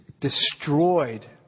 destroyed